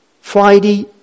Friday